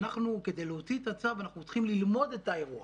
כדי להוציא את הצו, אנחנו צריכים ללמוד את האירוע.